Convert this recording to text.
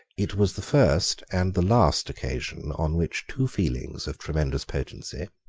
it was the first and the last occasion on which two feelings of tremendous potency,